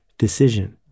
decision